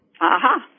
Aha